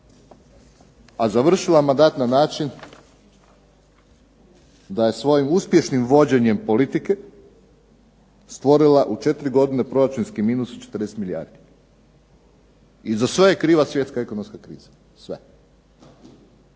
a završila mandat na način da je svojim uspješnim vođenjem politike stvorila u 4 godine proračunski minus od 40 milijardi i za sve je kriva svjetska ekonomska kriza. Sve.